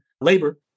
labor